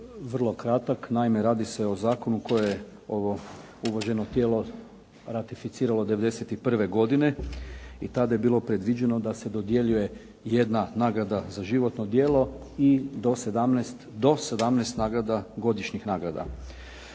vrlo kratak naime radi se o Zakonu koje je ovo uvaženo tijelo ratificiralo 91. godine i tada je bilo predviđeno da se dodjeljuje jedna nagrada za životno djelo i do 17 godišnjih nagrada.